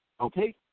Okay